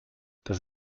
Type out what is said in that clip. das